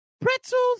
pretzels